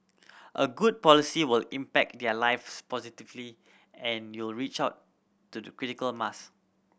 a good policy will impact their lives positively and you reach out to the critical mass